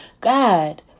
God